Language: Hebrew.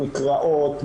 נקרעות,